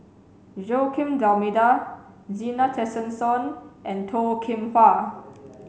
Joaquim D'almeida Zena Tessensohn and Toh Kim Hwa